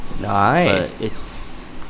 Nice